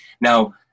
Now